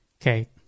okay